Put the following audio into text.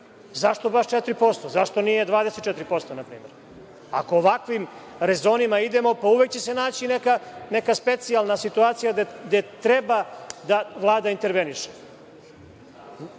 Zašto baš 4%? Zašto nije 24% npr? Ako ovakvim rezonima idemo pa uvek će se naći neka specijalna situacija gde treba da Vlada interveniše.